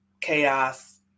Chaos